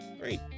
great